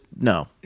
no